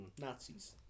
Nazis